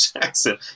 Jackson